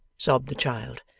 sobbed the child.